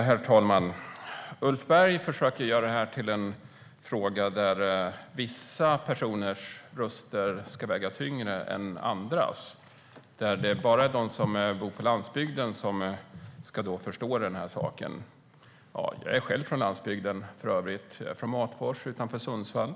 Herr talman! Ulf Berg försöker göra det här till en fråga där vissa personers röster ska väga tyngre än andras, där det bara är de som bor på landsbygden som ska förstå den här saken. Jag är själv från landsbygden, från Matfors utanför Sundsvall.